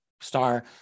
star